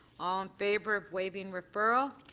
all in favor of waiving referral.